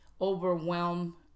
overwhelm